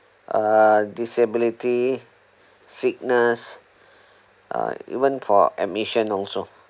uh disability sickness uh even for admission also